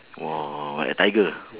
!wow! like tiger